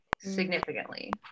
significantly